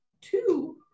two